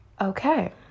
okay